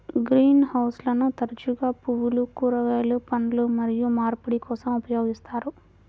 green హౌస్లను తరచుగా పువ్వులు, కూరగాయలు, పండ్లు మరియు మార్పిడి కోసం ఉపయోగిస్తారు